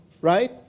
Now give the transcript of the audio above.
Right